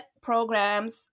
programs